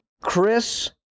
chris